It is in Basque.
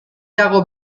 dago